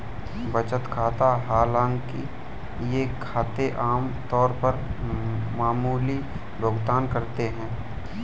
बचत खाता हालांकि ये खाते आम तौर पर मामूली भुगतान करते है